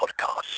Podcast